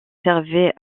servait